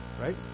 right